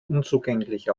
unzugänglich